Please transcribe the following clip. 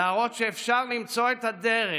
להראות שאפשר למצוא את הדרך,